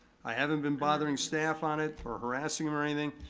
i haven't been bothering staff on it, or harassing them or anything.